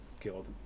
killed